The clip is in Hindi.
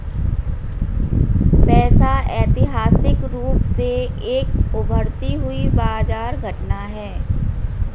पैसा ऐतिहासिक रूप से एक उभरती हुई बाजार घटना है